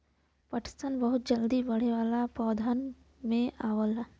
पटसन बहुत जल्दी बढ़े वाला पौधन में आवला